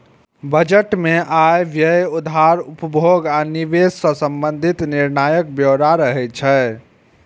budget मे आय, व्यय, उधार, उपभोग आ निवेश सं संबंधित निर्णयक ब्यौरा रहै छै